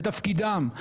זה תפקידם,